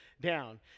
down